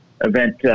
event